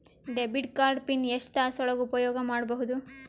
Debit card PIN ಎಷ್ಟ ತಾಸ ಒಳಗ ಉಪಯೋಗ ಮಾಡ್ಬಹುದು?